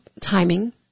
timing